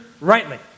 rightly